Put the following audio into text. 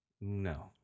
No